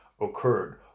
occurred